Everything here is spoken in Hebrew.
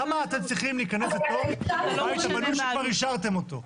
למה אתם צריכים לכל בית שבונים שכבר אישרתם אותו?